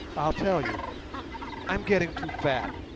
i'll tell you i'm getting too fat